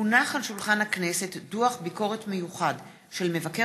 הונח על שולחן הכנסת דוח ביקורת מיוחד של מבקר